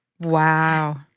Wow